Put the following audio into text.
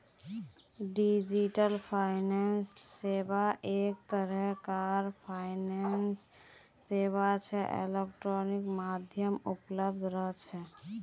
digital finance सेवा एक तरह कार फाइनेंस सेवा छे इलेक्ट्रॉनिक माध्यमत उपलब्ध रह छे